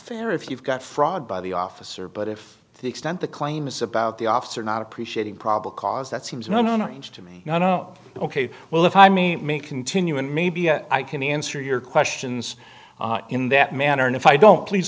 fair if you've got fraud by the officer but if the extent the claim is about the officer not appreciating probably cause that seems no no no ange to me you know ok well if i me may continue and maybe i can answer your questions in that manner and if i don't please